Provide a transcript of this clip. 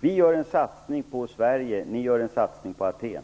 Vi gör en satsning på Sverige - ni gör en satsning på Aten!